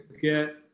get